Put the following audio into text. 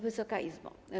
Wysoka Izbo!